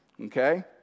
okay